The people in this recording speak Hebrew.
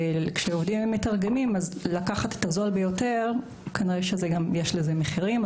כשעובדים עם מתרגמים ולוקחים את הזול ביותר כנראה שיש לזה גם מחירים.